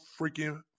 freaking